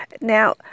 Now